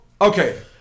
okay